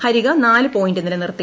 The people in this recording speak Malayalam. ഹരിക നാല് പോയിന്റ് നിലനിർത്തി